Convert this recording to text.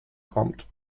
kommt